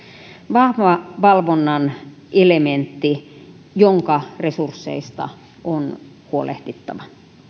vahva valvonnan elementti jonka resursseista on huolehdittava